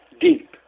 deep